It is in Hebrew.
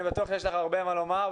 אני בטוח שיש לך הרבה מה לומר.